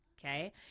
Okay